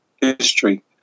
history